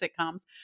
sitcoms